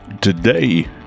Today